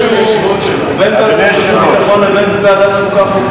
בין ועדת החוץ והביטחון לבין ועדת החוקה,